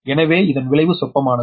எனவே இதன் விளைவு சொற்பமானது